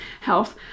health